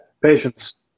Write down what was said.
Patience